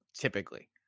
typically